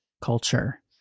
culture